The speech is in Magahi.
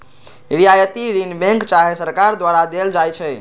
रियायती ऋण बैंक चाहे सरकार द्वारा देल जाइ छइ